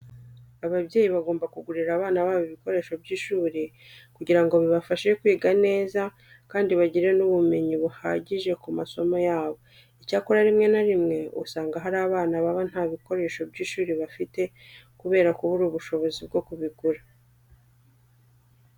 Ababyeyi bagomba kugurira abana babo ibikoresho by'ishuri kugira ngo bibafashe kwiga neza kandi bagire n'ubumenyi buhagije ku masomo yabo. Icyakora rimwe na rimwe usanga hari abana baba nta bikoresho by'ishuri bafite kubera kubura ubushobozi bwo kubigura.